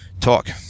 talk